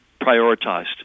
prioritized